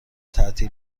تعطیل